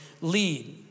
lead